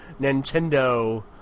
Nintendo